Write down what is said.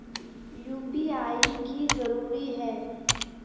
UPI की जरूरी है?